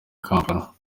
kampala